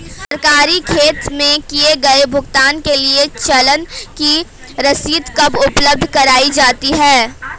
सरकारी खाते में किए गए भुगतान के लिए चालान की रसीद कब उपलब्ध कराईं जाती हैं?